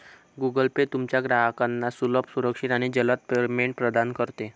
Google Pay तुमच्या ग्राहकांना सुलभ, सुरक्षित आणि जलद पेमेंट प्रदान करते